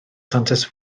santes